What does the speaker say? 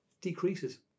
decreases